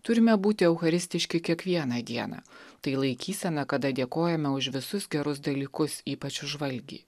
turime būti eucharistiški kiekvieną dieną tai laikysena kada dėkojame už visus gerus dalykus ypač už valgį